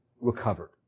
recovered